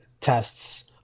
tests